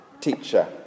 teacher